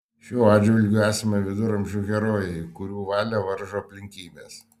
šiuo atžvilgiu esame viduramžių herojai kurių valią varžo aplinkybės